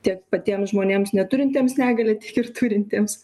tiek patiems žmonėms neturintiems negalią tiek ir turintiems